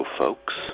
folks